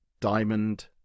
diamond